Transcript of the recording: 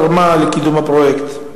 וכל עתירה שכזו לא תרמה לקידום הפרויקט.